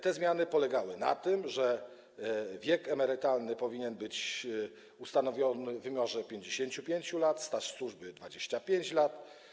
Te zmiany polegały na tym, że wiek emerytalny powinien być ustanowiony w wymiarze 55 lat, staż służby - 25 lat.